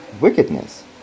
wickedness